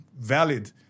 valid